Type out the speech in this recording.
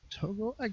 Togo